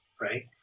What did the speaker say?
right